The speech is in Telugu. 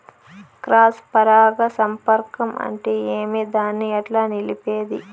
క్రాస్ పరాగ సంపర్కం అంటే ఏమి? దాన్ని ఎట్లా నిలిపేది?